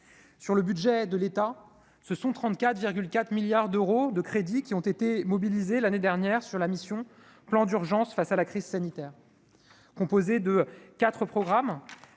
sur le budget de l'État, ce sont 34 4 milliards d'euros de crédits qui ont été mobilisés l'année dernière sur la mission plan d'urgence face à la crise sanitaire composé de 4 programmes,